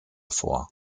vor